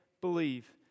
believe